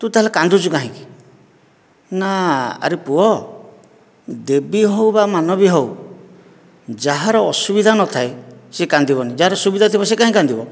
ତୁ ତା'ହେଲେ କାନ୍ଦୁଛୁ କାହିଁକି ନା ଆରେ ପୁଅ ଦେବୀ ହେଉ ବା ମାନଵୀ ହେଉ ଯାହାର ଅସୁବିଧା ନଥାଏ ସେ କାନ୍ଦିବନି ଯାହାର ସୁବିଧା ଥିବା ସେ କାହିଁ କାନ୍ଦିବ